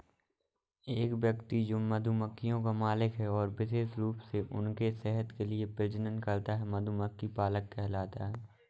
एक व्यक्ति जो मधुमक्खियों का मालिक है और विशेष रूप से उनके शहद के लिए प्रजनन करता है, मधुमक्खी पालक कहलाता है